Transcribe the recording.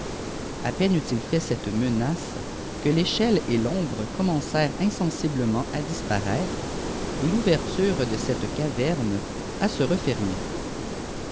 â peine eut-il fait cette menace que l'écheue et l'ombre commencèrent insensiblement à disparaître et touverture de cette caverne à se refermer